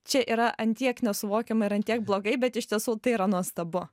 čia yra ant tiek nesuvokiama ir ant tiek blogai bet iš tiesų tai yra nuostabu